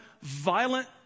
violent